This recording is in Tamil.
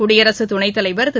குடியரசுத் துணைத்தலைவர் திரு